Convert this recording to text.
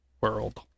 world